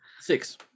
six